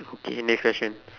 okay next question